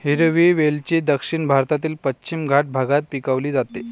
हिरवी वेलची दक्षिण भारतातील पश्चिम घाट भागात पिकवली जाते